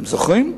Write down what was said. אתם זוכרים?